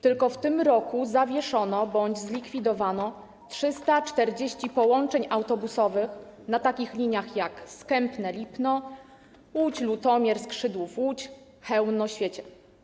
Tylko w tym roku zawieszono bądź zlikwidowano 340 połączeń autobusowych, na takich liniach jak: Skępe - Lipno, Łódź -Lutomiersk - Szydłów - Łódź, Chełmno - Świecie.